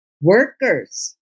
Workers